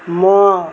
म